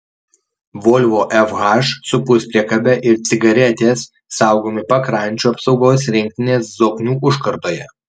volvo fh su puspriekabe ir cigaretės saugomi pakrančių apsaugos rinktinės zoknių užkardoje